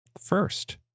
first